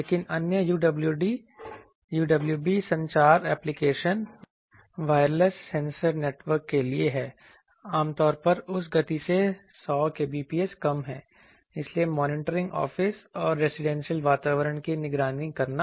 लेकिन अन्य UWB संचार एप्लीकेशनस वायरलेस सेंसर नेटवर्क के लिए हैं आमतौर पर उस गति से 100 kbps कम है इसलिए मॉनिटरिंग ऑफिस और रेजिडेंशियल वातावरण की निगरानी करना